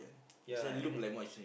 ya and then